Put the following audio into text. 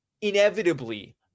Inevitably